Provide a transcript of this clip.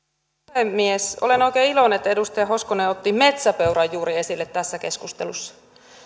puhemies olen oikein iloinen että edustaja hoskonen otti juuri metsäpeuran esille tässä keskustelussa